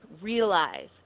realize